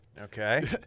Okay